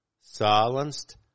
silenced